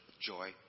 joy